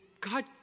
God